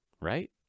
right